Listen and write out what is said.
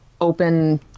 open